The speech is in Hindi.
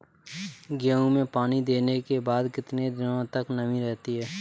गेहूँ में पानी देने के बाद कितने दिनो तक नमी रहती है?